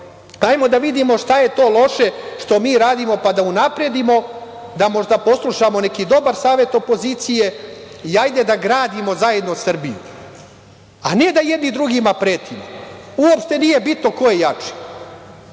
ajmo da vidimo šta je to loše što mi radimo, pa da unapredimo, da možda poslušamo neki dobar savet opozicije i ajde da gradimo zajedno Srbiju, a ne da jedni drugima pretimo. Uopšte nije bitno ko je jači,